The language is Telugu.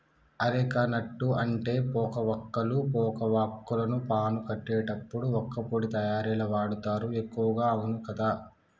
అరెక నట్టు అంటే పోక వక్కలు, పోక వాక్కులను పాను కట్టేటప్పుడు వక్కపొడి తయారీల వాడుతారు ఎక్కువగా అవును కదా